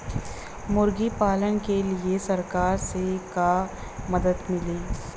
मुर्गी पालन के लीए सरकार से का मदद मिली?